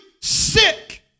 sick